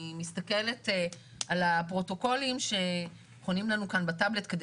אני מסתכלת על הפרוטוקולים שחונים לנו כאן בטאבלט כדי